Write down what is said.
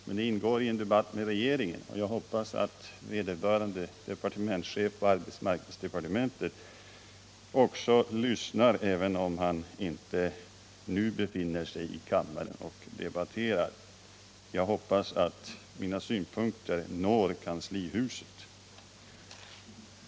Men det ingår i en debatt med regeringen, och jag hoppas att vederbörande departementschef på arbetsmarknadsdepartementet lyssnar, även om han inte nu befinner sig i kammaren och debatterar. Jag hoppas att mina synpunkter når kanslihuset.